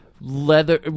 leather